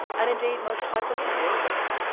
and indeed most typist were women,